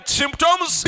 symptoms